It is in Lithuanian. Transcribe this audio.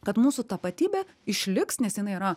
kad mūsų tapatybė išliks nes jinai yra